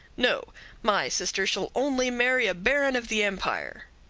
no my sister shall only marry a baron of the empire.